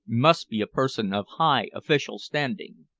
must be a person of high official standing.